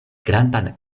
grandan